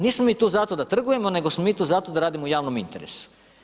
Nismo mi tu zato da trgujemo nego smo mi tu zato da radimo u javnom interesu.